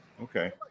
Okay